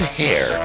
hair